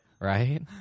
Right